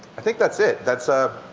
i think that's it. that's